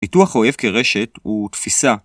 ניתוח אויב כרשת הוא תפיסה